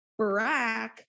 Barack